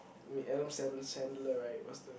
wait Adam-Sandler right was the